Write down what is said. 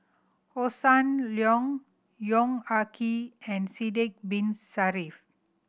Hossan Leong Yong Ah Kee and Sidek Bin Saniff